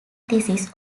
thesis